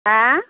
हा